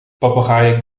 papagaaien